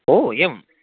ओ एवं